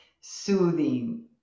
soothing